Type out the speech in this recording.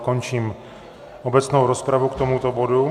Končím obecnou rozpravu k tomuto bodu.